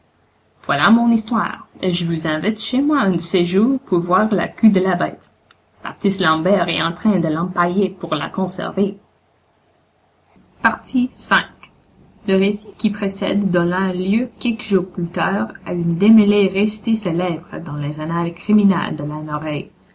voilà mon histoire et je vous invite chez moi un de ces jours pour voir la queue de la bête baptiste lambert est en train de l'empailler pour la conserver v le récit qui précède donna lieu quelques jours plus tard à un démêlé resté célèbre dans les annales criminelles de